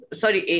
sorry